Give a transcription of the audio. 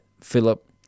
Philip